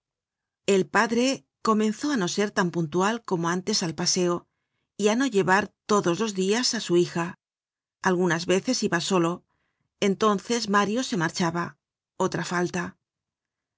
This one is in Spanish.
el padre comenzó á no ser tan puntual como antes al paseo y á no llevar todos los dias á su hija algunas veces iba solo entonces mario se marchaba otra falta